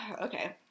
okay